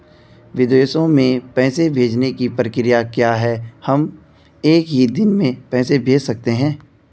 विदेशों में पैसे भेजने की प्रक्रिया क्या है हम एक ही दिन में पैसे भेज सकते हैं?